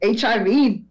HIV